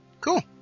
cool